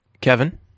Kevin